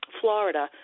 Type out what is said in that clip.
Florida